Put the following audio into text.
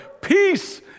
Peace